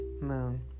moon